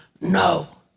No